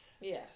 Yes